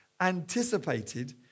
anticipated